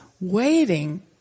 waiting